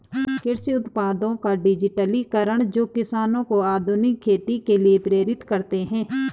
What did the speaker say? कृषि उत्पादों का डिजिटलीकरण जो किसानों को आधुनिक खेती के लिए प्रेरित करते है